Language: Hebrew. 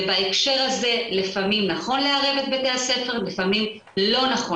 ובהקשר הזה לפעמים נכון לערב את בתי הספר ולפעמים לא נכון